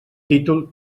títol